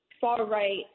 far-right